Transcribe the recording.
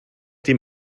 dem